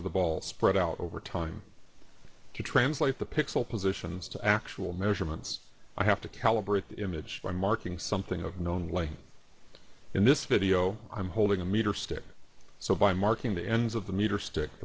of the ball spread out over time to translate the pixel positions to actual measurements i have to calibrate the image by marking something of known light in this video i'm holding a meter stick so by marking the ends of the meter stick